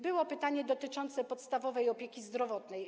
Było pytanie dotyczące podstawowej opieki zdrowotnej.